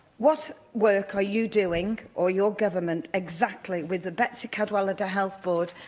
what work are you doing, or your government, exactly, with the betsi cadwaladr health board,